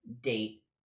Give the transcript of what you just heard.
date